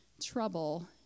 Trouble